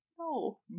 No